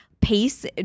pace